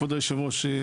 כבוד יושב הראש,